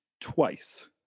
twice